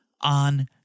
on